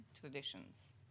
traditions